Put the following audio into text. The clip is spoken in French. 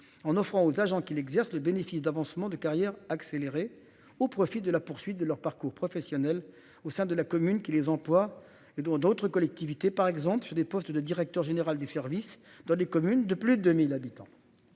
en offrant aux agents qui l'exerce le bénéfice d'avancement de carrière accéléré au profit de la poursuite de leur parcours professionnel au sein de la commune qui les emploie et dans d'autres collectivités par exemple sur des postes de directeur général des services dans les communes de plus de 1000 habitants.